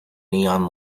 neon